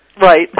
Right